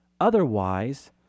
Otherwise